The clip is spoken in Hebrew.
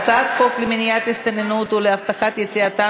ההצעה להעביר את הצעת חוק למניעת הסתננות ולהבטחת יציאתם